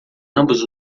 ambos